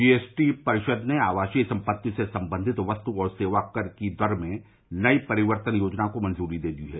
GST परिषद ने आवासीय संपत्ति से संबंधित वस्त और सेवा कर की दर में नई परिवर्तन योजना को मंजूरी दे दी है